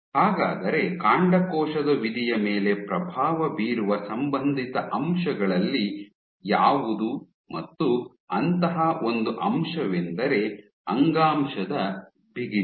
ಹಾಗಾದರೆ ಕಾಂಡಕೋಶದ ವಿಧಿಯ ಮೇಲೆ ಪ್ರಭಾವ ಬೀರುವ ಸಂಬಂಧಿತ ಅಂಶಗಳಲ್ಲಿ ಯಾವುದು ಮತ್ತು ಅಂತಹ ಒಂದು ಅಂಶವೆಂದರೆ ಅಂಗಾಂಶದ ಬಿಗಿತ